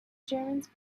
germans